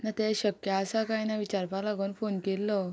ना तें शक्य आसा काय ना विचारपा लागून फोन केल्लो